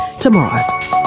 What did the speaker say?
tomorrow